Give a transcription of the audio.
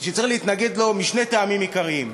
שצריך להתנגד לו, משני טעמים עיקריים: